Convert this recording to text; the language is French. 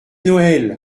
noël